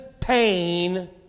pain